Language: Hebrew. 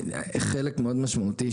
חלק מאוד משמעותי,